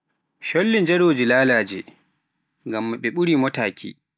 Cholli njaroji lalaje ngamma ɓe ɓuuri motaaki.